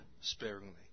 sparingly